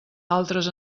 altres